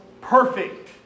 perfect